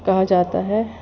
کہا جاتا ہے